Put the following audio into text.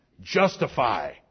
Justify